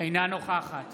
אינה נוכחת